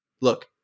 Look